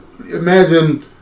imagine